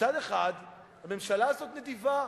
מצד אחד הממשלה הזאת נדיבה,